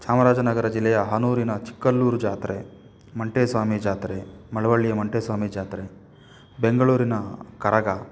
ಚಾಮರಾಜನಗರ ಜಿಲ್ಲೆಯ ಹನೂರಿನ ಚಿಕ್ಕಲ್ಲೂರು ಜಾತ್ರೆ ಮಂಟೇಸ್ವಾಮಿ ಜಾತ್ರೆ ಮಳವಳ್ಳಿಯ ಮಂಟೇಸ್ವಾಮಿ ಜಾತ್ರೆ ಬೆಂಗಳೂರಿನ ಕರಗ